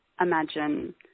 imagine